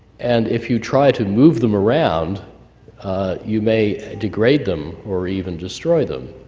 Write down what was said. and if you try to move them around you may degrade them or even destroy them.